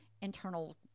internal